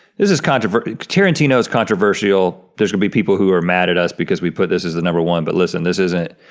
this is controversial, tarantino's controversial, there's gonna be people who are mad at us because we put this as the number one. but listen, this isn't,